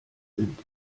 sind